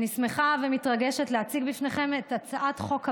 אני שמחה ומתרגשת להציג בפניכם את הצעת חוק הפרמדיקים,